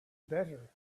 better